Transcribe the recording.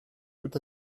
tout